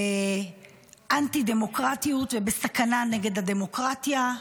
באנטי-דמוקרטיות ובסכנה נגד הדמוקרטיה.